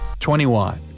21